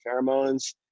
pheromones